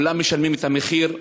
כולם משלמים את המחיר.